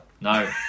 No